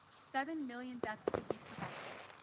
seven million deaths could be prevented.